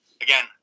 again